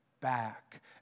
back